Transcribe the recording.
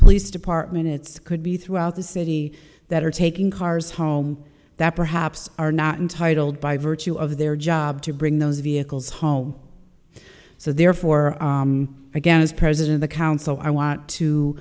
police department it's could be throughout the city that are taking cars home that perhaps are not entitled by virtue of their job to bring those vehicles home so therefore again as president the council i want to